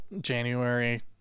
January